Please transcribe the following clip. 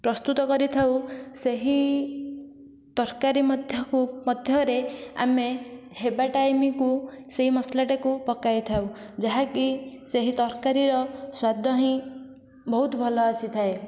ପ୍ରସ୍ତୁତ କରିଥାଉ ସେହି ତରକାରୀ ମଧ୍ୟକୁ ମଧ୍ୟରେ ଆମେ ହେବା ଟାଇମକୁ ସେଇ ମସଲାଟାକୁ ପକାଇଥାଉ ଯାହାକି ସେହି ତରକାରୀର ସ୍ଵାଦ ହିଁ ବହୁତ ଭଲ ଆସିଥାଏ